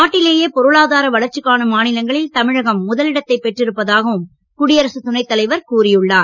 நாட்டிலேயே பொருளாதார வளர்ச்சி காணும் மாநிலங்களில் தமிழகம் முதலிடத்தை பெற்றிருப்பதாகவும் குடியரசு துணை தலைவர் கூறியுள்ளார்